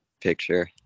picture